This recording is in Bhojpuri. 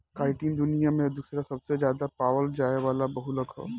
काइटिन दुनिया में दूसरा सबसे ज्यादा पावल जाये वाला बहुलक ह